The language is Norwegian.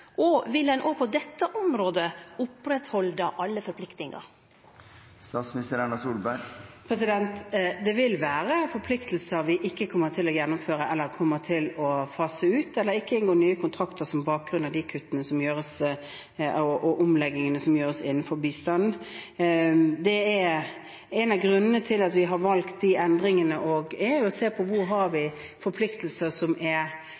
og vil ein òg på dette området oppretthalde alle forpliktingar? Det vil være forpliktelser vi ikke kommer til å gjennomføre eller kommer til å fase ut, eller hvor vi ikke inngår nye kontrakter på bakgrunn av de kuttene og de omleggingene som gjøres innenfor bistanden. En av grunnene til at vi har valgt de endringene, er at vi vil se på hvor vi har forpliktelser som er